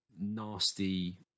nasty